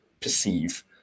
perceive